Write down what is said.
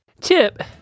Chip